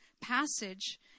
passage